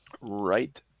right